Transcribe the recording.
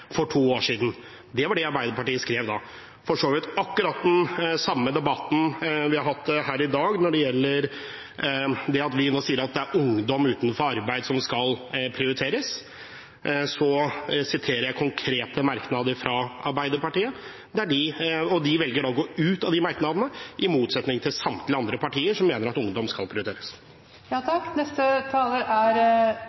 for to år siden. Det var det Arbeiderpartiet skrev da – for så vidt akkurat den samme debatten vi har hatt her i dag når det gjelder det at vi nå sier at det er ungdom utenfor arbeid som skal prioriteres. Jeg siterer konkrete merknader fra Arbeiderpartiet, og de velger da å gå ut av merknadene, i motsetning til samtlige andre partier, som mener at ungdom skal prioriteres.